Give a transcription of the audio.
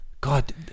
god